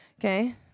okay